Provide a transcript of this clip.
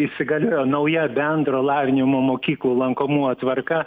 įsigaliojo nauja bendro lavinimo mokyklų lankomumo tvarka